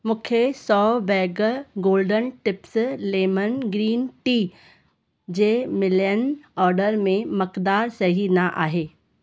मूंखे सौ bag golden tips lemon green tea जे मिलियल ऑडर में मक़दार सही न आहे